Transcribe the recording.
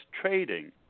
trading